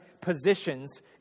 positions